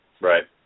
Right